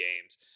games